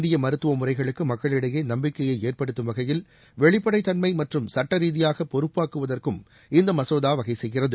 இந்திய மருத்துவ முறைகளுக்கு மக்களிடையே நம்பிக்கையை ஏற்படுத்தும் வகையில் வெளிப்படைத்தன்மை மற்றும் சுட்ட ரீதியாக பொறுப்பாக்குவதற்கும் இந்த மசோதா வகைசெய்கிறது